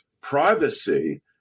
privacy